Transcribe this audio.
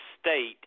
state